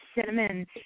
cinnamon